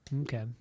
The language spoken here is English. okay